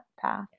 path